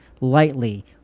lightly